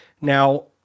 Now